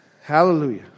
Hallelujah